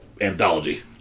anthology